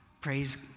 Praise